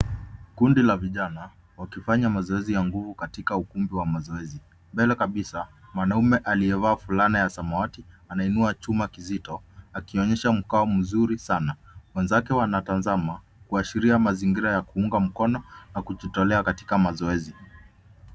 Kundi la vijana wakifanya mazoezi ya nguvu katika ukumbi wa mazoezi .Mbele kabisa mwanamme aliyevaa fulana ya samawati anainua chuma kizito akionyesha mkao mzuri sana. Wenzake wanatanzama kuashiria mazingira ya kuunga mkono na kujitolea katika mazoezi.